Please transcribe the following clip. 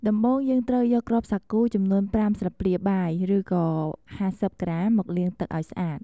ដំបូងយើងត្រូវយកគ្រាប់សាគូចំនួន ៥ស្លាបព្រាបាយ ឬក៏៥០ក្រាមមកលាងទឹកឱ្យស្អាត។